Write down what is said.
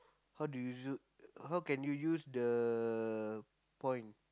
how do you how can you use the point